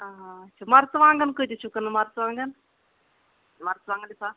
آچھا مرژٕ وانٛگن کۭتس چھِو کٕنان مرژٕوانٛگن مرژٕوانٛگن لِفاف